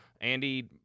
andy